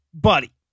buddy